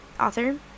author